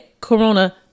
corona